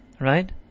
Right